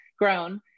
grown